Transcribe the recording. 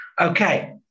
Okay